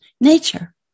nature